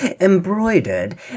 Embroidered